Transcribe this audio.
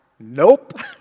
nope